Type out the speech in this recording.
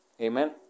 Amen